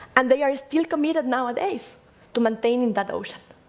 and they are still committed nowadays to maintaining that ocean.